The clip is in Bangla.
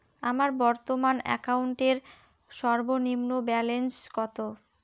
আমার বর্তমান অ্যাকাউন্টের সর্বনিম্ন ব্যালেন্স কত?